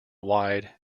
wide